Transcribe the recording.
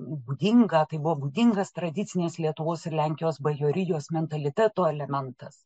būdingą tai buvo būdingas tradicinės lietuvos ir lenkijos bajorijos mentaliteto elementas